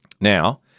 now